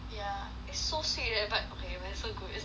it's so sweet eh but okay but it's so good it's like a